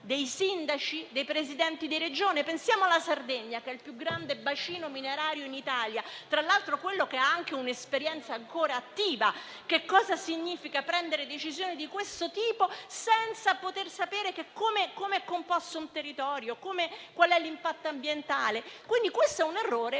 dei sindaci, dei Presidenti di Regione? Pensiamo alla Sardegna, che è il più grande bacino minerario in Italia, tra l'altro quello che ha anche un'esperienza ancora attiva. Che cosa significa prendere decisioni di questo tipo senza poter sapere com'è composto un territorio, qual è l'impatto ambientale? Su quello che